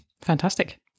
Fantastic